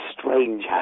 strange